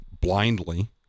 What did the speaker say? blindly